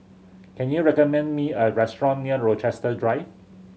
can you recommend me a restaurant near Rochester Drive